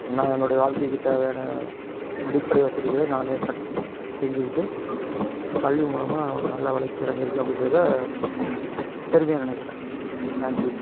நான் என்னுடைய வாழ்க்கைக்கு தேவையான அடிப்படை வசதிகளை நானே க செஞ்சுக்கிட்டு கல்வி மூலமாக நான் ஒரு நல்ல வளர்ச்சி அடஞ்சுருக்கேன் அப்படின்றத பெருமையாக நினைக்கிறேன் தேங்க் யூ